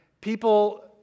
people